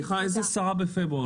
סליחה, איזה שרה בפברואר?